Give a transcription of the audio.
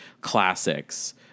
classics